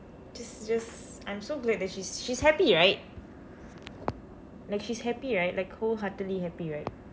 just just I am so glad that she's she's happy right like she's happy right like whole heartedly happy right